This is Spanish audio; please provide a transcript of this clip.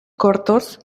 cortos